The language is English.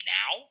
now